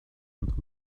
notre